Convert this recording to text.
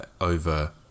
over